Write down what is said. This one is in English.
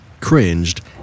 cringed